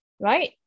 right